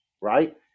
right